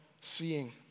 seeing